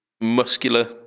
muscular